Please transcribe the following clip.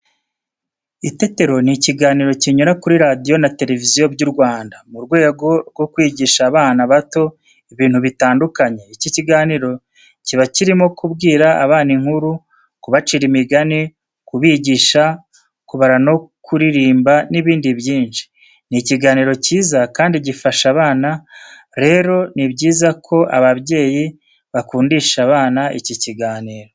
Itetero ni ikiganiro kinyura kuri radiyo na televiziyo by'u Rwanda, mu rwego rwo kwigisha abana bato ibintu bitandukanye. Iki kiganiro kiba kirimo kubwira abana inkuru, kubacira imigani, kubigisha kubara no kuririmba n'ibindi byinshi. Ni ikiganiro cyiza kandi gifasha abana, rero ni byiza ko ababyeyi bakundisha abana iki kiganiro.